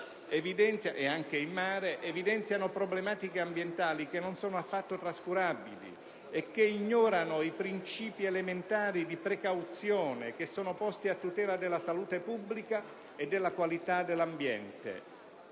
ed in mare evidenzia problematiche ambientali che non sono affatto trascurabili e che ignorano i princìpi elementari di precauzione, posti a tutela della salute pubblica e della qualità dell'ambiente,